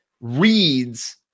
reads